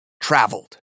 traveled